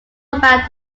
about